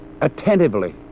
attentively